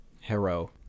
Hero